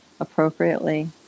appropriately